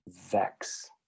Vex